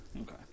Okay